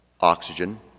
oxygen